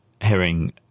herring